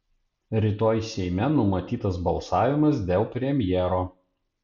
rytoj seime numatytas balsavimas dėl premjero